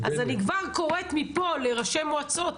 אז אני כבר קוראת מפה לראשי מועצות,